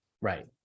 Right